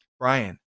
Brian